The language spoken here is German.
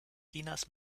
chinas